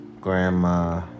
grandma